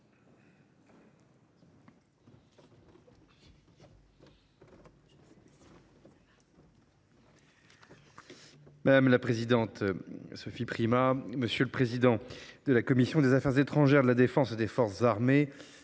Madame la présidente, monsieur le président de la commission des affaires étrangères, de la défense et des forces armées,